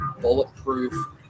bulletproof